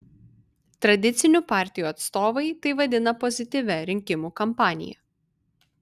tradicinių partijų atstovai tai vadina pozityvia rinkimų kampanija